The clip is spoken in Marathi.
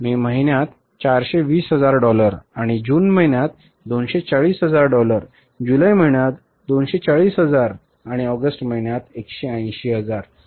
मे महिन्यात 420 हजार डॉलर म्हणजे जून महिन्यात 240 हजार डॉलर जुलै महिन्यात 240 हजार आणि ऑगस्ट महिन्यात 180 हजार आहे